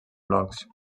blogs